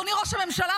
אדוני ראש הממשלה,